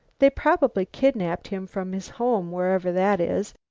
they probably kidnapped him from his home, wherever that is,